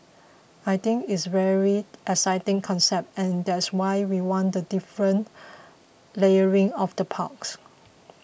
I think it's very exciting concept and that's why we want the different layering of the parks